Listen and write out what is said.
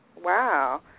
Wow